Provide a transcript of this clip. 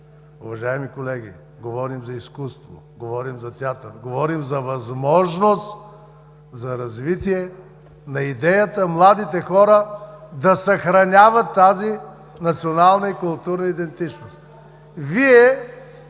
Уважаеми колеги, говорим за изкуство, говорим за театър, говорим за възможност за развитие на идеята младите хора да съхраняват тази национална и културна идентичност.